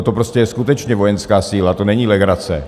To je prostě skutečně vojenská síla, to není legrace.